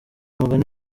umugani